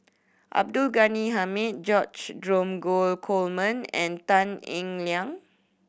Abdul Ghani Hamid George Dromgold Coleman and Tan Eng Liang